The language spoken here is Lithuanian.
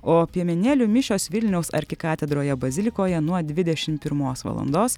o piemenėlių mišios vilniaus arkikatedroje bazilikoje nuo dvidešim pirmos valandos